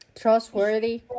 Trustworthy